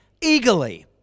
eagerly